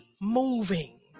moving